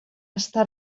està